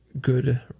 good